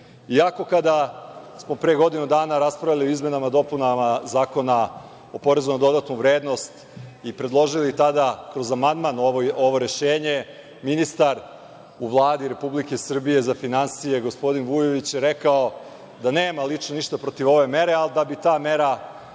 iako kada smo pre godinu dana raspravljali o izmenama i dopunama Zakona o PDV-u i predložili tada kroz amandman ovo rešenje, ministar u Vladi Republike Srbije za finansije, gospodin Vujović, rekao je da nema lično ništa protiv ove mere, ali da bi ta mera zahtevala